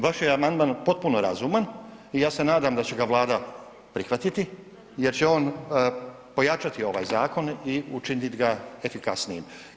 Vaš je amandman potpuno razuman i ja se nadam da će ga Vlada prihvatiti jer će on pojačati ovaj zakon i učiniti ga efikasnijim.